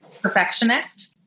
perfectionist